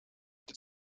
dit